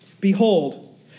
behold